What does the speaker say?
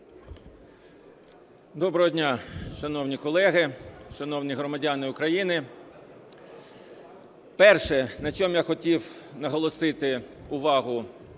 Доброго дня, шановні колеги, шановні громадяни України! Перше, на чому я хотів наголосити увагу